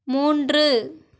மூன்று